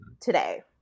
today